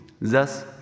Thus